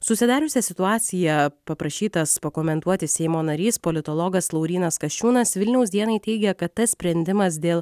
susidariusią situaciją paprašytas pakomentuoti seimo narys politologas laurynas kasčiūnas vilniaus dienai teigė kad tas sprendimas dėl